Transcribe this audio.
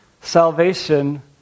salvation